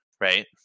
right –